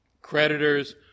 Creditors